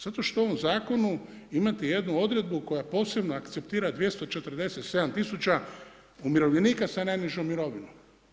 Zato što u ovom zakonu imate jednu odredbu koja posebno akceptira 247 tisuća umirovljenika sa najnižom mirovinom.